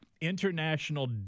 International